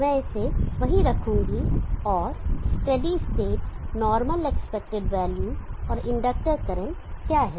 मैं इसे वही रखूंगा और steady state normal expected value और इंडक्टर करंट क्या है